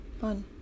Fun